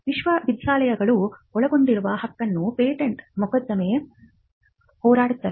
ವಿಶ್ವವಿದ್ಯಾನಿಲಯಗಳು ಒಳಗೊಂಡಿರುವ ಹಕ್ಕನ್ನು ಪೇಟೆಂಟ್ ಮೊಕದ್ದಮೆಗೆ ಹೋರಾಡುತ್ತದೆ